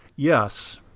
yes.